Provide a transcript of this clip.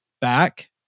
back